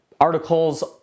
articles